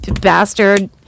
bastard